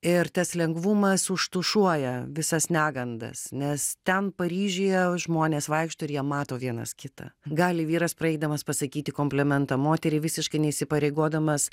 ir tas lengvumas užtušuoja visas negandas nes ten paryžiuje žmonės vaikšto ir jie mato vienas kitą gali vyras praeidamas pasakyti komplimentą moteriai visiškai neįsipareigodamas